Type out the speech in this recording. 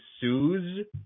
sues